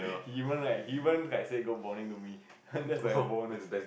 he even like he even like say good morning to me that's like a bonus